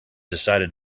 decided